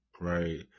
right